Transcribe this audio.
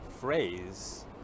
phrase